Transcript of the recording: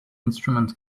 instrument